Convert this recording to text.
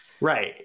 Right